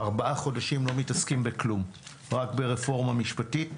ארבעה חודשים לא מתעסקים בכלום פרט לרפורמה משפטית,